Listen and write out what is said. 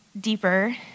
Deeper